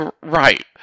Right